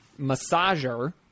massager